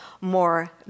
more